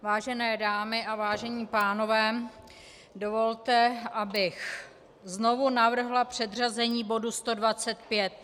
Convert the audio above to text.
Vážené dámy a vážení pánové, dovolte, abych znovu navrhla předřazení bodu 125.